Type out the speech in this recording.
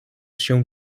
się